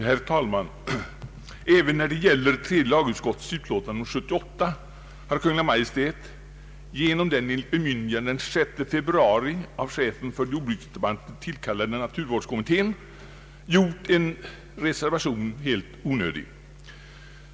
Herr talman! Även när det gäller tredje lagutskottets utlåtande nr 78 har Kungl. Maj:t — genom den enligt bemyndigande den 6 februari 1970 av chefen för jordbruksdepartementet tillkallade naturvårdskommittén — gjort en reservation helt onödig.